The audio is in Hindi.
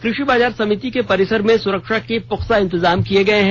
कुषि बाजार समिति के परिसर में सुरक्षा के पुख्ता इंतजाम किए गए हैं